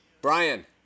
Brian